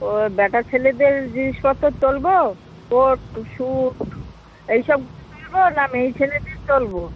তো ব্যাটা ছেলেদের জিনিসপত্র তোলবো কোট স্যুট এই সবগুলো তুলবো না মেয়েছেলেদের তোলবো